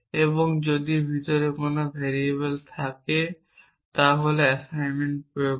এবং যদি ভিতরে কোন ভেরিয়েবল থাকে তাহলে অ্যাসাইনমেন্ট প্রয়োগ করে